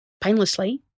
painlessly